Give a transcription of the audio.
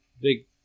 big